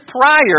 prior